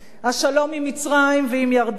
השלום עם מצרים ועם ירדן,